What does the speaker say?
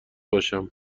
باشم